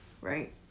Right